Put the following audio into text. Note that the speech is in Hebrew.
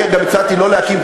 אני גם הצעתי שלא להקים,